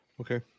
Okay